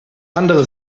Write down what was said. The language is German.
andere